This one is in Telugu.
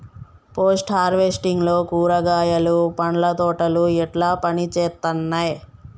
పోస్ట్ హార్వెస్టింగ్ లో కూరగాయలు పండ్ల తోటలు ఎట్లా పనిచేత్తనయ్?